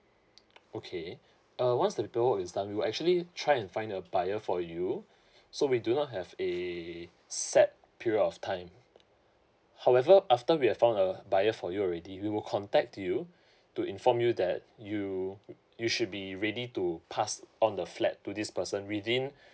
okay uh once the paperwork is done we'll actually try and find a buyer for you so we do not have a set period of time however after we have found a buyer for you already we will contact you to inform you that you you should be ready to past on the flat to this person within